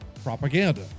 propaganda